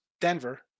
Denver